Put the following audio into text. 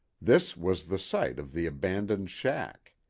this was the site of the abandoned shack.